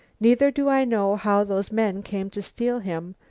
neither do i know how those men came to steal him.